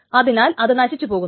അതിനാൽ അത് നശിച്ചു പോകുന്നു